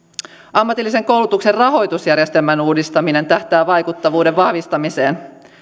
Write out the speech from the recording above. ammatillisen koulutuksen rahoitusjärjestelmän uudistaminen tähtää vaikuttavuuden vahvistamiseen